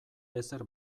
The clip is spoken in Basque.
ezer